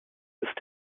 ist